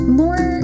more